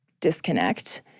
disconnect